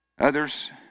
Others